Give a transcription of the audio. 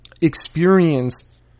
experienced